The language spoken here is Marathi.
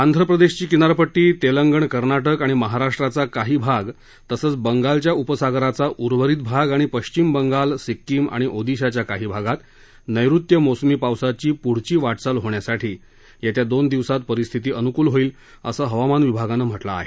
आंध्र प्रदेशची किनारपट्टी तेलंगणा कर्नाटक आणि महाराष्ट्राचा काही भाग तसच बंगालच्या उपसागराचा उर्वरित भाग आणि पश्चिम बंगाल सिक्कीम आणि ओदिशाच्या काही भागात नैऋत्य मोसमी पावसाची पुढची वाटचाल होण्यासाठी येत्या दोन दिवसात परिस्थिती अनुकूल होईल असं हवामान विभागानं म्हटलं आहे